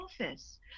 office